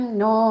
no